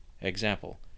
example